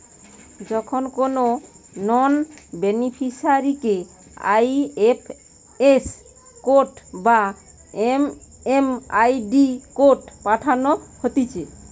যখন কোনো নন বেনিফিসারিকে আই.এফ.এস কোড বা এম.এম.আই.ডি কোড পাঠানো হতিছে